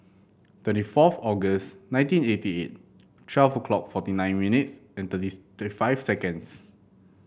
twenty fourth August nineteen eighty eight twelve clock forty nine minutes and thirty's thirty five seconds